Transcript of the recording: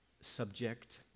subject